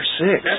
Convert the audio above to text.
six